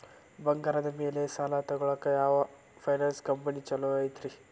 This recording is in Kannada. ಬಂಗಾರದ ಮ್ಯಾಲೆ ಸಾಲ ತಗೊಳಾಕ ಯಾವ್ ಫೈನಾನ್ಸ್ ಕಂಪನಿ ಛೊಲೊ ಐತ್ರಿ?